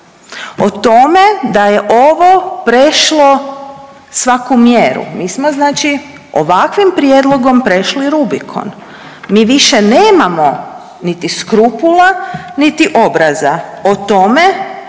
o tome da je ovo prešlo svaku mjeru. Mi smo znači ovakvim prijedlogom prešli rubikon. Mi više nemamo niti skrupula, niti obraza o tome